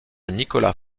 nicolas